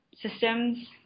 systems